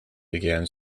began